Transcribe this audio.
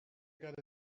got